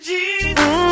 Jesus